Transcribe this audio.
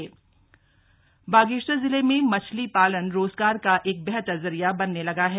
स्वरोजगार मछली पालन बागेश्वर जिले में मछली पालन रोजगार का एक बेहतर जरिया बनने लगा है